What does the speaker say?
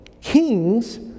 kings